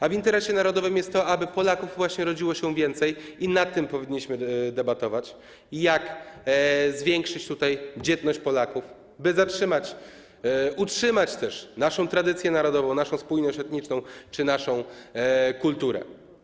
A w interesie narodowym jest to, aby Polaków rodziło się więcej, i powinniśmy debatować nad tym, jak zwiększyć tutaj dzietność Polaków, by zachować, utrzymać też naszą tradycję narodową, naszą spójność etniczną czy naszą kulturę.